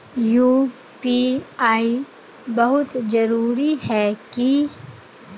UPI बहुत जरूरी है की?